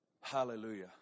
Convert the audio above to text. Hallelujah